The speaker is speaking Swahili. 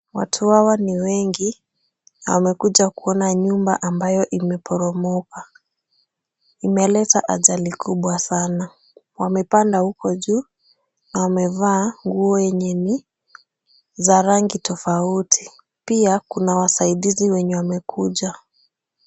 Watu hawa ni wengi na wamekuja kuona nyumba ambayo imeporomoka. Imeleta ajali kubwa sana. Wamepanda huko juu na wamevaa nguo yenye ni za rangi tofauti. Pia kuna wasaidizi wenye wamekuja.